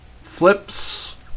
flips